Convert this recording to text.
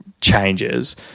changes